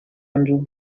until